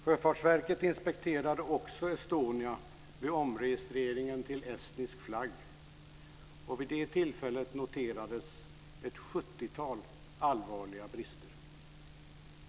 Sjöfartsverket inspekterade också Estonia vid omregistreringen till estnisk flagg och vid det tillfället noterades ett sjuttiotal allvarliga brister.